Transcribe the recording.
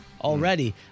already